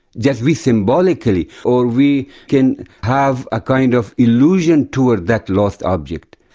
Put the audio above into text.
just we symbolically. or we can have a kind of allusion towards that lost object.